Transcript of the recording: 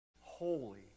Holy